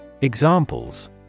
Examples